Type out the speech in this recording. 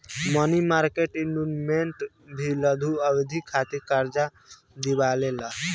मनी market instruments भी लघु अवधि खातिर कार्जा दिअवावे ला